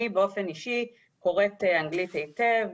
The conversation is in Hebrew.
אני באופן אישי קוראת אנגלית היטב,